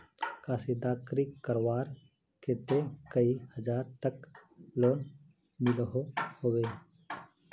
कशीदाकारी करवार केते कई हजार तक लोन मिलोहो होबे?